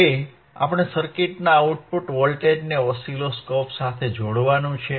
હવે આપણે સર્કિટના આઉટપુટ વોલ્ટેજને ઓસિલોસ્કોપ સાથે જોડવાનું છે